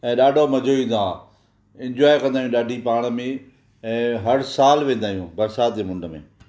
ऐं ॾाढो मज़ो ईंदो आहे इंजॉए कंदा आहियूं ॾाढी पाण में ऐं हर साल वेंदा आहियूं बरसाति जें मुंद में